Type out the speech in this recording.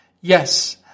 Yes